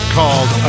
called